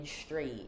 straight